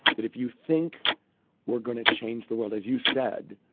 that if you think we're going to change the world, as you said,